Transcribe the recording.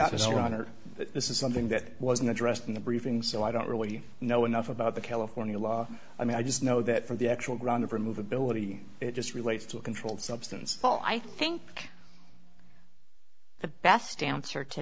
writer this is something that wasn't addressed in the briefing so i don't really know enough about the california law i mean i just know that for the actual ground to remove ability it just relates to controlled substance well i think the best answer to